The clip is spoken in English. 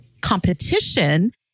competition